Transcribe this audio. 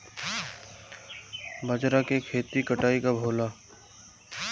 बजरा के खेती के कटाई कब होला?